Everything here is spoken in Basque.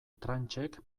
tranchek